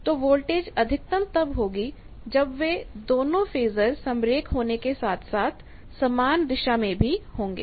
तो वोल्टेज अधिकतम तब होगी जब वे दोनों फेजर समरेख होने के साथ साथ समान दिशा में होंगे